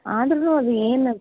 ಆದ್ರು ಅದು ಏನು